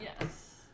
Yes